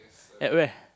at where